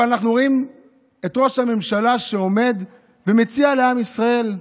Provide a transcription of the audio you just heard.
אבל אנחנו רואים את ראש הממשלה שעומד ומציע לעם ישראל: